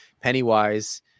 Pennywise